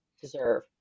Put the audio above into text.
deserve